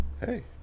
Hey